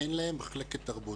אין להן מחלקת תרבות.